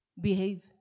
behave